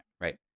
Right